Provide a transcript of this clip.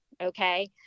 Okay